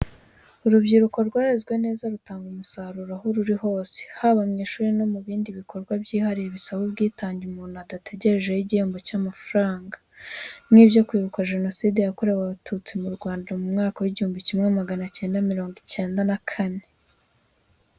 Urubyiruko rwarezwe neza rutanga umusaruro aho ruri hose, haba mu ishuri no mu bindi bikorwa byihariye bisaba ubwitange umuntu adategereje igihembo cy'amafaranga; nk'ibyo kwibuka jenoside yakorewe abatutsi mu Rwanda, mu mwaka w'igihumbi kimwe magana acyenda mirongo icyenda na kane.